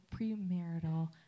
premarital